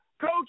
Coach